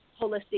holistic